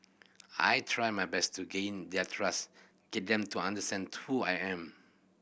I try my best to gain their trust get them to understand who I am